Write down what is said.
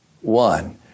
One